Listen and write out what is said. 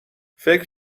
فکر